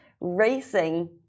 racing